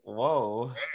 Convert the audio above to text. Whoa